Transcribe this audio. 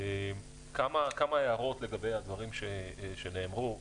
כמה הערות לגבי הדברים שנאמרו.